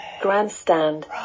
grandstand